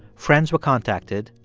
friends were contacted,